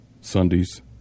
sundays